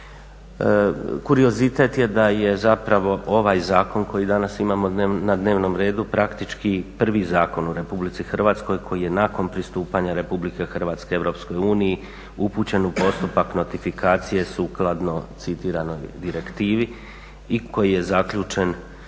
Kuriozitet je da je zapravo ovaj zakon koji danas imamo na dnevnom redu praktički prvi zakon u Republici Hrvatskoj koji je nakon pristupanja Republike Hrvatske Europskoj uniji upućen u postupak notifikacije sukladno citiranoj direktivi i koji je zaključen